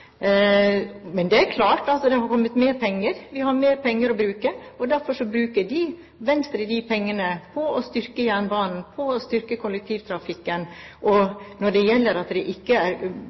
Men det er klart at det har kommet mer penger, vi har mer penger å bruke. Derfor bruker Venstre de pengene på å styrke jernbanen, på å styrke kollektivtrafikken. Når det gjelder det at det ikke er